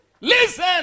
Listen